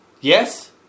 Yes